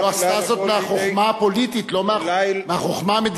היא לא עשתה זאת מהחוכמה הפוליטית,